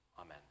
Amen